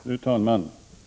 Fru talman!